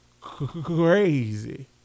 crazy